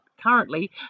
currently